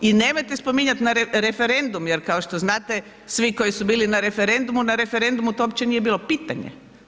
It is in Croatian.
I nemojte spominjati na referendum jer kao što znate svi koji su bili na referendumu, na referendumu to uopće nije bilo pitanje.